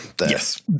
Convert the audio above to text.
yes